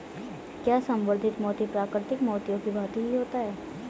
क्या संवर्धित मोती प्राकृतिक मोतियों की भांति ही होता है?